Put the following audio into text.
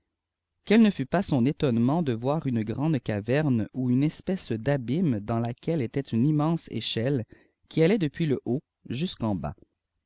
quel ne fut pas son étonnement de voir une grande caverne ou une espèce d'abîme dans laquelle était une immense éclielle qui allait depuis le haut jusqu'en bas